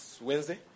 Wednesday